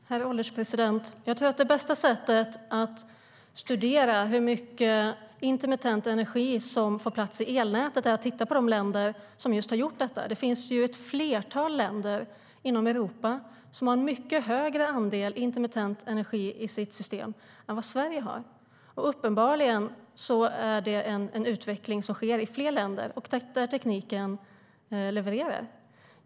Herr ålderspresident! Det bästa sättet att studera hur mycket intermittent energi som får plats i elnätet är att titta på de länder som har detta. Det finns ett flertal länder i Europa som har en mycket större andel intermittent energi i sina system än Sverige. Uppenbarligen är det en utveckling som sker i fler länder. Det är det som tekniken levererar.